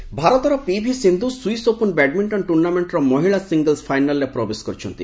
badminton ଭାରତର PV Sindhu Swiss Open badminton ଟୁର୍ଣ୍ଣାମେଣ୍ଟର ମହିଳା ସିଙ୍ଗଲ୍ନ ଫାଇନାଲ୍ରେ ପ୍ରବେଶ କରିଛନ୍ତି